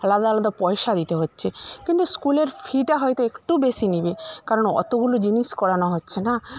আলাদা আলাদা পয়সা দিতে হচ্ছে কিন্তু স্কুলের ফিটা হয়তো একটু বেশি নেবে কারণ অতোগুলো জিনিস করানো হচ্ছে না